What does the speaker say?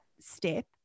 step